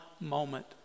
moment